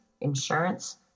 insurance